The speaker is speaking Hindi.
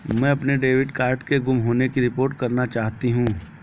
मैं अपने डेबिट कार्ड के गुम होने की रिपोर्ट करना चाहती हूँ